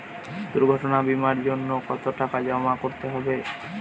দুর্ঘটনা বিমার জন্য কত টাকা জমা করতে হবে?